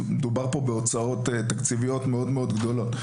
מדובר פה בהוצאות תקציביות מאוד גדולות.